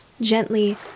gently